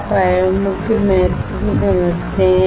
आप आयामों के महत्व को समझते हैं